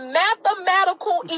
mathematical